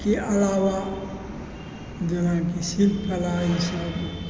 अलावा जेनाकि शिल्पकला ई सब